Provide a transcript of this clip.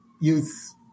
use